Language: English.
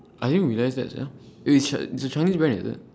I didn't realise that sia eh ch~ it's a chinese brand is it